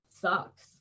sucks